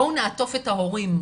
'בואו נעטוף את ההורים',